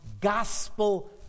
gospel